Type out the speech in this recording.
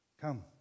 come